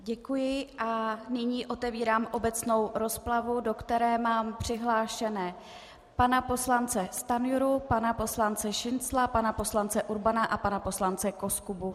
Děkuji a nyní otevírám obecnou rozpravu, do které mám přihlášené pana poslance Stanjuru, pana poslance Šincla, pana poslance Urbana a pana poslance Koskubu.